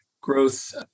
growth